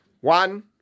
One